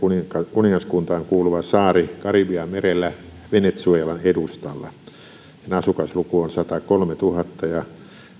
kuningaskuntaan kuuluva saari karibianmerellä venezuelan edustalla sen asukasluku on satakolmetuhatta ja